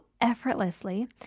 effortlessly